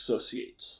Associates